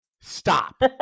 stop